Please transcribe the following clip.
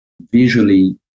visually